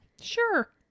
Sure